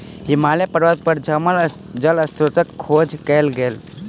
हिमालय पर्वत पर जमल जल स्त्रोतक खोज कयल गेल